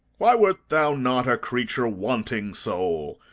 why wert thou not a creature wanting soul?